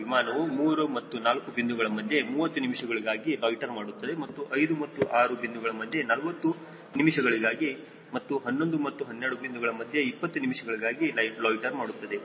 ವಿಮಾನವು 3 ಮತ್ತು 4 ಬಿಂದುಗಳ ಮಧ್ಯೆ 30 ನಿಮಿಷಗಳಿಗಾಗಿ ಲೊಯ್ಟ್ಟೆರ್ ಮಾಡುತ್ತದೆ ಮತ್ತು 5 ಮತ್ತು 6 ಬಿಂದುಗಳ ಮಧ್ಯೆ 40 ನಿಮಿಷಗಳಿಗಾಗಿ ಮತ್ತು 11 ಮತ್ತು 12 ಬಿಂದುಗಳ ಮಧ್ಯೆ 20 ನಿಮಿಷಗಳಿಗಾಗಿ ಲೊಯ್ಟ್ಟೆರ್ ಮಾಡುತ್ತದೆ